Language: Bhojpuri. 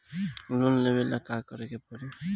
लोन लेवे ला का करे के पड़ी?